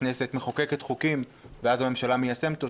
שהכנסת מחוקקת חוקים ואז הממשלה מיישמת אותם.